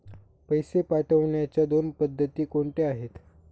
पैसे पाठवण्याच्या दोन पद्धती कोणत्या आहेत?